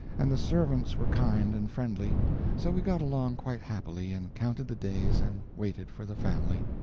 and the servants were kind and friendly, so we got along quite happily and counted the days and waited for the family.